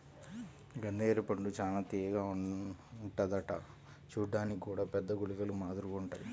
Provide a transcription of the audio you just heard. గన్నేరు పండు చానా తియ్యగా ఉంటదంట చూడ్డానికి గూడా పెద్ద గుళికల మాదిరిగుంటాయ్